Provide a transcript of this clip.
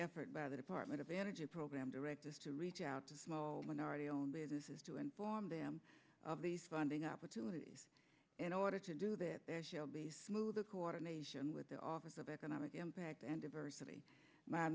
effort by the department of energy program directors to reach out to small minority owned businesses to inform them of these funding opportunities in order to do that there shall be a smoother coordination with the office of economic impact and diversity my